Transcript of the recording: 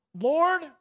Lord